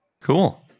Cool